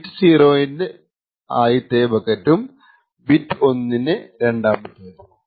bit 0 ന് ആദ്യത്തേതും 1 ന് രണ്ടാമത്തേതും